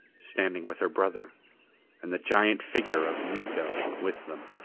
standing with her brother and the giant figure of miko with them.